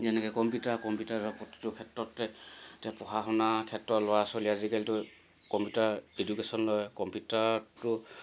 যেনেকৈ কম্পিউটাৰ কম্পিউটাৰৰ প্ৰতিটো ক্ষেত্ৰতে এতিয়া পঢ়া শুনা ক্ষেত্ৰত ল'ৰা ছোৱালী আজিকালিটো কম্পিউটাৰ এডুকেশ্যন লয় কম্পিউটাৰটো